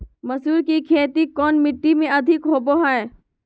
मसूर की खेती कौन मिट्टी में अधीक होबो हाय?